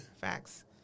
Facts